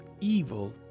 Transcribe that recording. evil